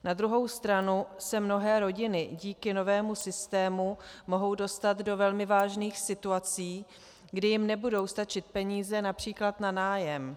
Na druhou stranu se mnohé rodiny díky novému systému mohou dostat do velmi vážných situací, kdy jim nebudou stačit peníze například na nájem.